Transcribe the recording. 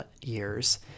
years